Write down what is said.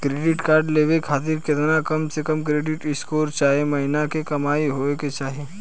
Credit card लेवे खातिर केतना कम से कम क्रेडिट स्कोर चाहे महीना के कमाई होए के चाही?